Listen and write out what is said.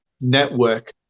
network